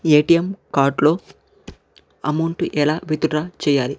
ATM card లో amount ఎలా withdraw చేయాలి